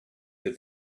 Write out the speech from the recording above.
that